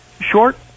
short